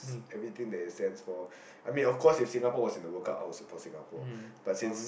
everything that is damn small I mean of course if Singapore was in the World Cup I would support Singapore but since